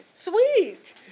Sweet